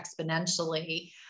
exponentially